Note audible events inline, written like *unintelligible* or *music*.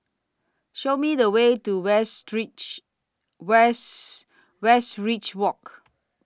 Show Me The Way to *unintelligible* Wes Westridge Walk